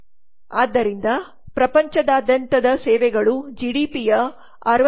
ಆದ್ದರಿಂದ ಪ್ರಪಂಚದಾದ್ಯಂತದ ಸೇವೆಗಳು ಜಿಡಿಪಿಯ 63